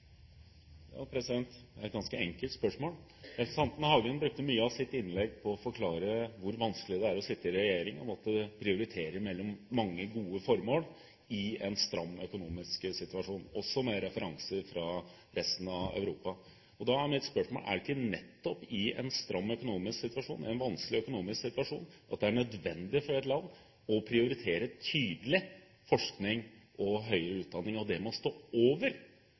Hagen brukte mye av sitt innlegg på å forklare hvor vanskelig det er å sitte i regjering og måtte prioritere mellom mange gode formål i en stram økonomisk situasjon, også med referanse til resten av Europa. Da er mitt spørsmål: Er det ikke nettopp i en stram økonomisk situasjon, i en vanskelig økonomisk situasjon, at det er nødvendig for et land å prioritere tydelig forskning og høyere utdanning, og at det må stå over